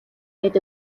гээд